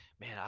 man